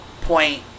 point